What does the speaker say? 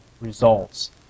results